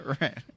Right